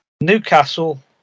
Newcastle